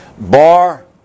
bar